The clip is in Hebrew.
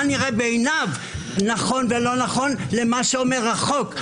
מה נראה בעיניו נכון ולא נכון לבין מה שאומר החוק,